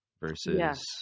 Versus